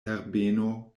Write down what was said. herbeno